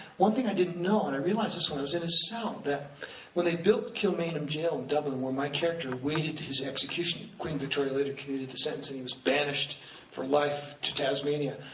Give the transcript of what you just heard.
one thing i didn't know, and i realized this when i was in his cell, that when they built kilmainham gaol, in dublin, where my character awaited his execution queen victoria later commuted the sentence and he was banished for life to tasmania.